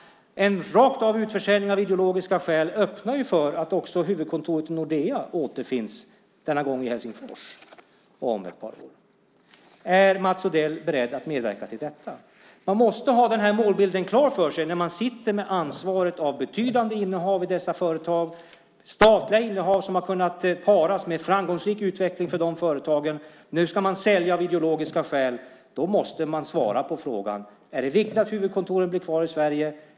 En utförsäljning av rent ideologiska skäl öppnar för att Nordeas huvudkontor kommer att återfinnas i Helsingfors om ett par år. Är Mats Odell beredd att medverka till detta? Man måste ha denna målbild klar för sig när man sitter med ansvaret för betydande innehav i dessa företag. Det är statliga innehav som har kunnat paras med framgångsrik utveckling för dessa företag. Nu ska man sälja av ideologiska skäl. Då måste man svara på följande frågor: Är det viktigt att huvudkontoren blir kvar i Sverige?